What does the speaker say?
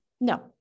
no